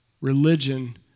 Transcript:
religion